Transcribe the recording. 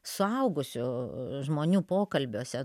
suaugusių žmonių pokalbiuose